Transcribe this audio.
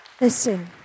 Listen